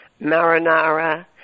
marinara